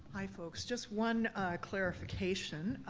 hi, folks, just one clarification.